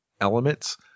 elements